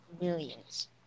millions